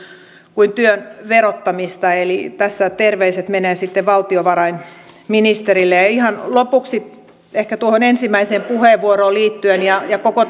kuin työn verottamista eli tässä terveiset menevät sitten valtiovarainministerille ja ihan lopuksi ehkä tuohon ensimmäiseen puheenvuoroon ja ja koko